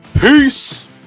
Peace